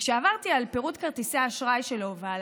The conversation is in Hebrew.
וכשעברתי על פירוט כרטיסי האשראי שלו ועל